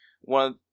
one